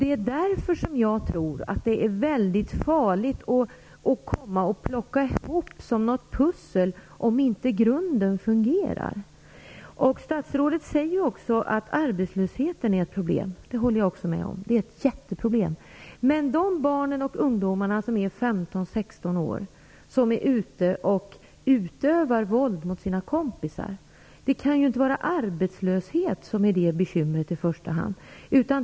Det är därför som jag tror att det är väldigt farligt att bara plocka ihop det som något pussel om inte grunden fungerar. Statsrådet säger att arbetslösheten är ett problem. Det håller jag med om, det är ett jätteproblem. Men med de barn och ungdomar i 15-16 års ålder som utövar våld mot sina kompisar kan bekymret i första hand inte vara arbetslösheten.